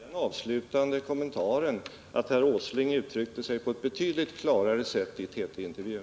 Herr talman! Jag vill göra den avslutande kommentaren att herr Åsling uttryckte sig betydligt klarare i TT-intervjun.